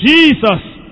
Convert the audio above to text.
Jesus